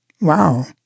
Wow